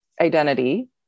identity